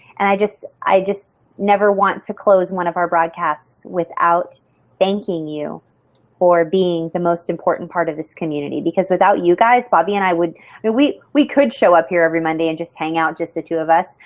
and i just i just never want to close one of our broadcasts without thanking you for being the most important part of this community because without you guys, bobbi and i, ah we we could show up here every monday and just hang out just the two of us.